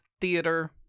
theater